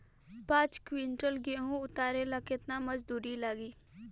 पांच किविंटल गेहूं उतारे ला केतना मजदूर लागी?